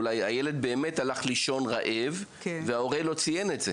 אולי הילד באמת הלך לישון רעב וההורה לא ציין את זה.